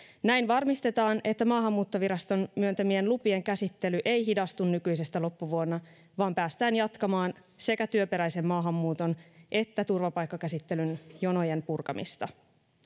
näin varmistetaan että maahanmuuttoviraston myöntämien lupien käsittely ei hidastu nykyisestä loppuvuonna vaan päästään jatkamaan sekä työperäisen maahanmuuton että turvapaikkakäsittelyn jonojen purkamista